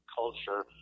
culture